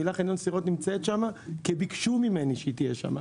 המילה "חניון סירות" נמצאת שם כי ביקשו ממני שהיא תהיה שם.